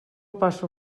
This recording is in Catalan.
passa